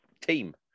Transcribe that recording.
team